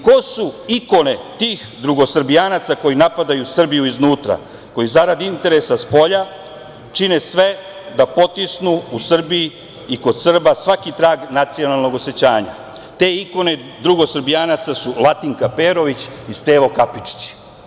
Ko su ikone tih drugosrbijanaca koji napadaju Srbiju iznutra, koji zarad interesa spolja čine sve da potisnu u Srbiji i kod Srba svaki trag nacionalnog osećanja, te ikone drugosrbijanaca su Latinka Perović i Stevo Kapičić.